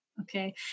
Okay